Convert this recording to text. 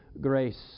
grace